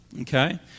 okay